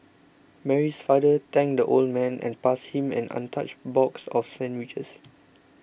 Mary's father thanked the old man and passed him an untouched box of sandwiches